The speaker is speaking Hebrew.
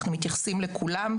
אנחנו מתייחסים לכולם.